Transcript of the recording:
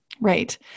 Right